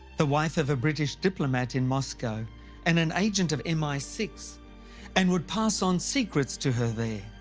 a wife of a british diplomat in moscow and an agent of m i six and would pass on secrets to her there.